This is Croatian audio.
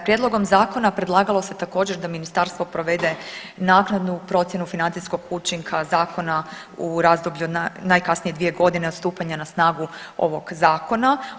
Prijedlogom zakona predlagalo se također da ministarstvo provede naknadnu procjenu financijskog učinka zakona u razdoblju najkasnije 2 godine od stupanja na snagu ovog zakona.